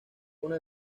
una